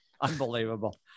Unbelievable